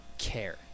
Care